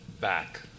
back